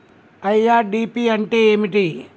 IRDP అంటే ఏమిటి?